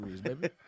baby